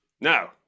Now